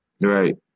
Right